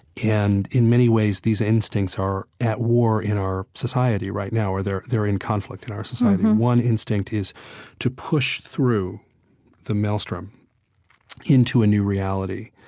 and in many ways these instincts are at war in our society right now or they're they're in conflict in our society. one instinct is to push through the maelstrom into a new reality.